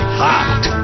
hot